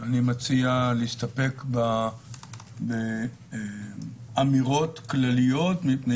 אני מציע להסתפק באמירות כלליות מפני